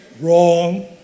Wrong